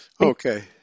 Okay